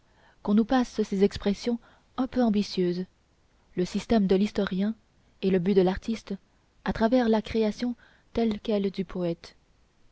qu'on nous passe ces expressions un peu ambitieuses le système de l'historien et le but de l'artiste à travers la création telle quelle du poète